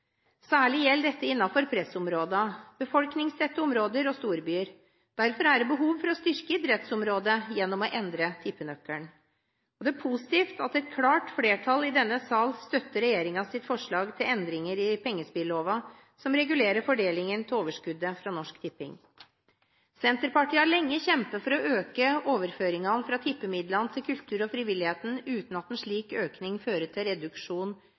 Særlig gjelder dette innenfor pressområder, befolkningstette områder og storbyer. Derfor er det behov for å styrke idrettsområdet gjennom å endre tippenøkkelen. Det er positivt at et klart flertall i denne sal støtter regjeringens forslag til endringer i pengespilloven som regulerer fordelingen av overskuddet fra Norsk Tipping. Senterpartiet har lenge kjempet for å øke overføringene fra tippemidlene til kultur og frivilligheten, uten at en slik økning fører til reduksjon